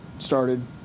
started